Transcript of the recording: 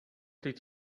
did